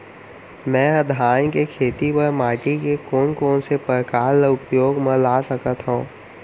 मै ह धान के खेती बर माटी के कोन कोन से प्रकार ला उपयोग मा ला सकत हव?